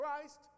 Christ